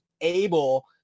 able